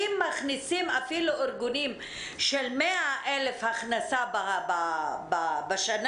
אם מכניסים אפילו ארגונים של 100,000 הכנסה בשנה,